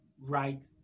right